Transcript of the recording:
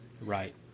right